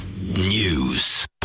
News